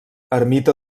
ermita